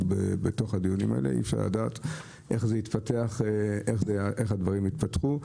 הוא בתוך הדיונים האלה ואי אפשר לדעת איך הדברים יתפתחו.